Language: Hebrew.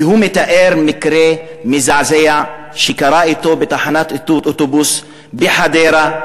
והוא מתאר מקרה מזעזע שקרה אתו בתחנת אוטובוס בחדרה,